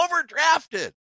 overdrafted